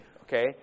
okay